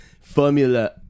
Formula